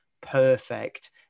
perfect